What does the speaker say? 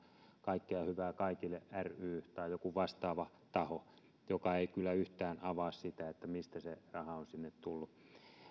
kaikkea hyvää kaikille ry tai joku vastaava taho mikä ei kyllä yhtään avaa sitä mistä se raha on sinne tullut